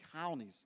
counties